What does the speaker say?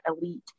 elite